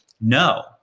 no